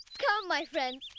come, my friends,